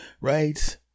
Right